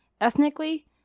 ethnically